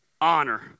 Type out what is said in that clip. Honor